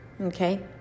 Okay